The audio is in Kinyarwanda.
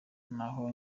naho